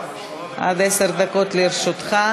כן,